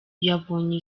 yabonye